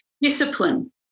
Discipline